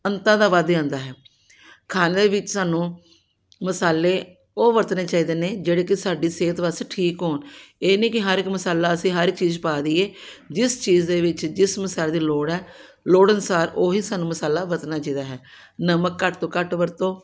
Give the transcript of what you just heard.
ਅੰਤਾਂ ਦਾ ਵਧ ਜਾਂਦਾ ਹੈ ਖਾਣੇ ਦੇ ਵਿੱਚ ਸਾਨੂੰ ਮਸਾਲੇ ਉਹ ਵਰਤਣੇ ਚਾਹੀਦੇ ਨੇ ਜਿਹੜੇ ਕਿ ਸਾਡੀ ਸਿਹਤ ਵਾਸਤੇ ਠੀਕ ਹੋਣ ਇਹ ਨਹੀਂ ਕਿ ਹਰ ਇੱਕ ਮਸਾਲਾ ਅਸੀਂ ਹਰ ਇੱਕ ਚੀਜ਼ ਪਾ ਦਈਏ ਜਿਸ ਚੀਜ਼ ਦੇ ਵਿੱਚ ਜਿਸ ਮਸਾਲੇ ਦੀ ਲੋੜ ਹੈ ਲੋੜ ਅਨੁਸਾਰ ਉਹੀ ਸਾਨੂੰ ਮਸਾਲਾ ਵਰਤਨਾ ਚਾਹੀਦਾ ਹੈ ਨਮਕ ਘੱਟ ਤੋਂ ਘੱਟ ਵਰਤੋ